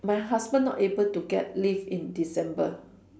my husband not able to get leave in December